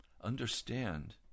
Understand